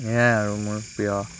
সেয়াই আৰু মোৰ প্ৰিয়